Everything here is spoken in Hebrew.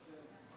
כבוד